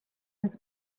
his